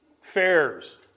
fairs